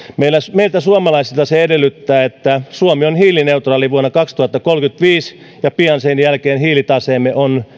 meiltä suomalaisilta se edellyttää että suomi on hiilineutraali vuonna kaksituhattakolmekymmentäviisi ja pian sen jälkeen hiilitaseemme on